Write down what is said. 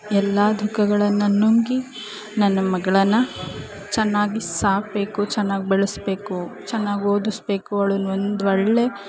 ಎಲ್ಲ ದುಃಖಗಳನ್ನು ನುಂಗಿ ನನ್ನ ಮಗಳನ್ನು ಚೆನ್ನಾಗಿ ಸಾಕಬೇಕು ಚೆನ್ನಾಗಿ ಬೆಳೆಸ್ಬೇಕು ಚೆನ್ನಾಗಿ ಓದಿಸ್ಬೇಕು ಅವ್ಳನ್ನು ಒಂದು ಒಳ್ಳೆಯ